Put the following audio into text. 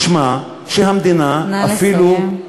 משמע שהמדינה אפילו, נא לסיים.